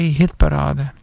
hitparade